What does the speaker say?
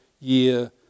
year